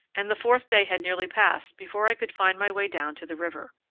and the fourth day had nearly passed before i could find my way down to the river.